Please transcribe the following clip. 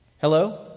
Hello